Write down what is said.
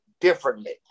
differently